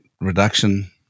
reduction